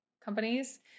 companies